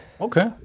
Okay